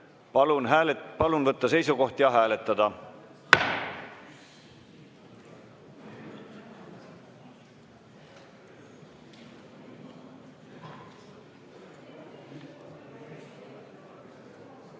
Palun võtta seisukoht ja hääletada!